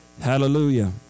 Hallelujah